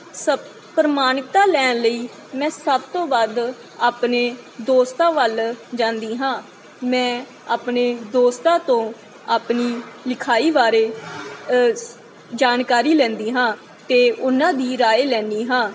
ਸਭ ਪ੍ਰਮਾਣਿਕਤਾ ਲੈਣ ਲਈ ਮੈਂ ਸਭ ਤੋਂ ਵੱਧ ਆਪਣੇ ਦੋਸਤਾਂ ਵੱਲ ਜਾਂਦੀ ਹਾਂ ਮੈਂ ਆਪਣੇ ਦੋਸਤਾਂ ਤੋਂ ਆਪਣੀ ਲਿਖਾਈ ਬਾਰੇ ਜਾਣਕਾਰੀ ਲੈਂਦੀ ਹਾਂ ਅਤੇ ਉਹਨਾਂ ਦੀ ਰਾਏ ਲੈਂਦੀ ਹਾਂ